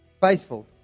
faithful